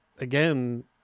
again